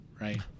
right